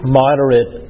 moderate